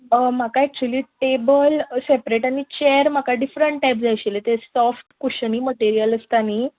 म्हाका actually table separate आनी chair म्हाका डिफ्रंट टायप जाय आशिल्ले तें सोफ्ट कुशनी मटिरियल आसता न्हय